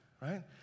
right